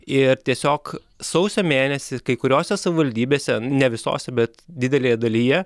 ir tiesiog sausio mėnesį kai kuriose savivaldybėse ne visose bet didelėje dalyje